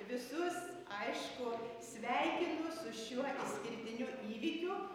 visus aišku sveikinu su šiuo išskirtiniu įvykiu